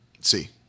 See